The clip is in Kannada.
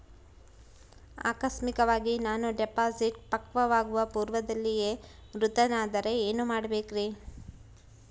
ಆಕಸ್ಮಿಕವಾಗಿ ನಾನು ಡಿಪಾಸಿಟ್ ಪಕ್ವವಾಗುವ ಪೂರ್ವದಲ್ಲಿಯೇ ಮೃತನಾದರೆ ಏನು ಮಾಡಬೇಕ್ರಿ?